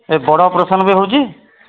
ଏ ବଡ଼ ଅପେରସନ୍ ବି ହେଉଛି